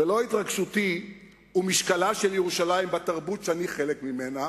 ולא התרגשותי ומשקלה של ירושלים בתרבות שאני חלק ממנה,